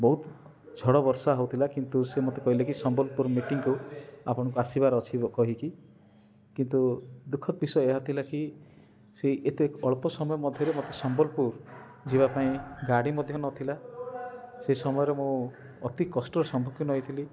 ବହୁତ ଝଡ଼ ବର୍ଷା ହଉଥିଲା କିନ୍ତୁ ସେ ମତେ କହିଲେ କି ସମ୍ବଲପୁର ମିଟିଙ୍ଗକୁ ଆପଣଙ୍କୁ ଆସିବାର ଅଛି କହିକି କିନ୍ତୁ ଦୁଃଖଦ ବିଷୟ ଏହା ଥିଲା କି ସେଇ ଏତେ ଅଳ୍ପ ସମୟ ମଧ୍ୟରେ ମତେ ସମ୍ବଲପୁର ଯିବା ପାଇଁ ଗାଡ଼ି ମଧ୍ୟ ନ ଥିଲା ସେ ସମୟରେ ମୁଁ ଅତି କଷ୍ଟର ସମ୍ମୁଖୀନ ହେଇଥିଲି